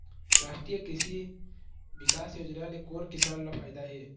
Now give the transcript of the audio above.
रास्टीय कृषि बिकास योजना ले कोन किसान ल फायदा हे?